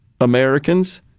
Americans